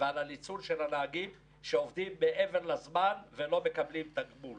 ועל הניצול של הנהגים שעובדים מעבר לזמן ולא מקבלים תגמול